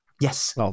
yes